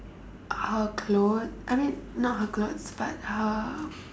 her clothes I mean not her clothes but her